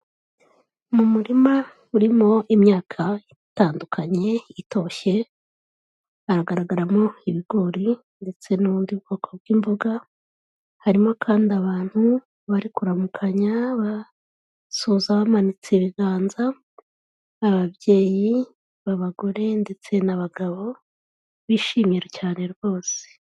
Mu murima urimo imyaka itandukanye itoshye haragaragaramo ibigori ndetse n'ubundi bwoko bw'imboga, harimo kandi abantu bari kuramukanya basuhuza bamanitse ibiganza ababyeyi b'abagore ndetse n'abagabo bishimye cyane rwose.